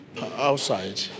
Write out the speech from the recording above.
outside